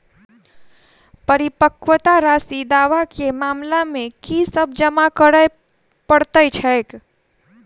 परिपक्वता राशि दावा केँ मामला मे की सब जमा करै पड़तै छैक?